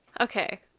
okay